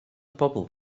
bobl